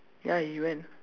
ya he went